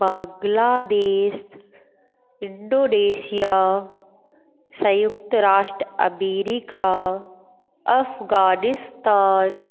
Bangladesh Indonesia संयुक्त राष्ट्र अमेरिका अफ़ग़ानिस्तान